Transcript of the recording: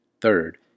Third